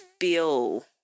feel